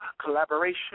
collaboration